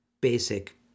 basic